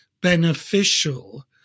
beneficial